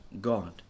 God